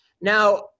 Now